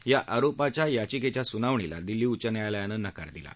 या आरोपाच्या याचिकेच्या सुनावणीला दिल्ली उच्च न्यायालयानं नकार दिला आहे